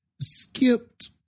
skipped